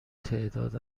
تعداد